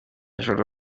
ijoro